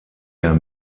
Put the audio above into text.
der